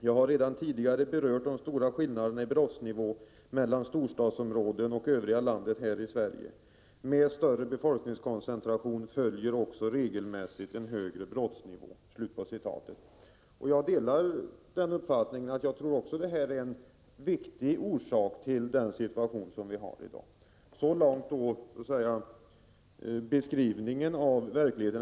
Jag har redan tidigare berört de stora skillnaderna i brottsnivån mellan storstadsområdena och övriga i landet här i Sverige. -—-- Med större befolkningskoncentrationer följer också regelmässigt en högre brottsnivå.” Jag delar den uppfattningen. Jag tror också att detta är en viktig orsak till dagens situation. Så långt beskrivningen av verkligheten.